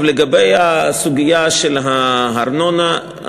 לגבי הסוגיה של הארנונה,